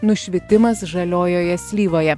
nušvitimas žaliojoje slyvoje